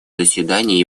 заседаний